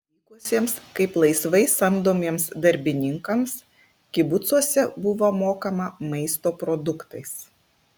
atvykusiems kaip laisvai samdomiems darbininkams kibucuose buvo mokama maisto produktais